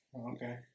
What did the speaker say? Okay